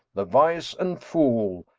the wise and fool,